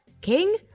king